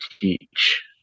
teach